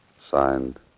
Signed